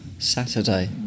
Saturday